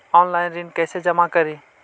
Online ऋण कैसे जमा करी?